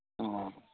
ꯑꯣ